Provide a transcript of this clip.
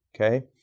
okay